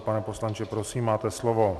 Pane poslanče, prosím, máte slovo.